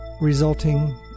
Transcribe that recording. resulting